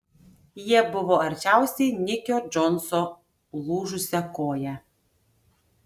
jie buvo arčiausiai nikio džonso lūžusia koja